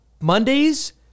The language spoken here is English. Mondays